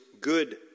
good